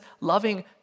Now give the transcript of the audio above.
loving